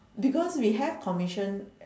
because we have commission